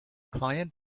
client